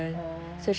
oh